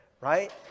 Right